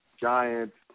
Giants